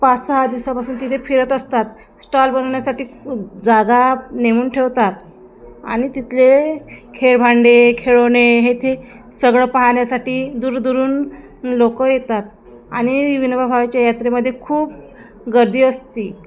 पाच सहा दिवसापासून तिथे फिरत असतात स्टॉल बनवण्यासाठी जागा नेमून ठेवतात आणि तिथले खेळ भांडे खेळवणे हे ते सगळं पाहण्यासाठी दुरुदुरून लोकं येतात आणि विनोबा भावेच्या यात्रेमध्ये खूप गर्दी असते